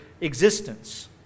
existence